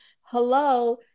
hello